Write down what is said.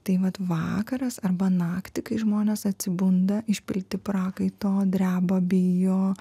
tai vat vakaras arba naktį kai žmonės atsibunda išpilti prakaito dreba bijo